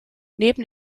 neben